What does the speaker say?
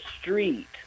street